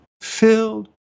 filled